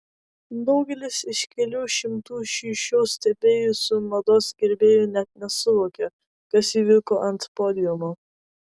daugelis iš kelių šimtų šį šou stebėjusių mados gerbėjų net nesuvokė kas įvyko ant podiumo